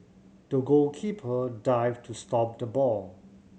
the goalkeeper dived to stop the ball